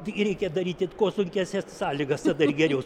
tik reikia daryti kuo sunkesnes sąlygas tada ir geriau